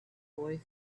boy